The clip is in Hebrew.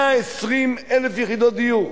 120,000 יחידות דיור.